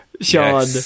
Sean